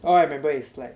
all I remember is like